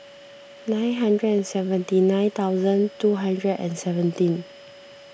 nine hundred and seventy nine thousand two hundred and seventeen